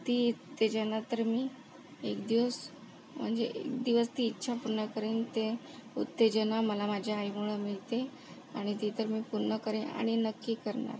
ती उत्तेजना तर मी एक दिवस म्हणजे एक दिवस ती इच्छा पूर्ण करेन ते उत्तेजना मला माझ्या आईमुळे मिळते आणि ती तर मी करेन आणि नक्की करणार